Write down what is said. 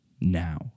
now